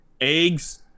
Eggs